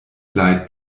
leid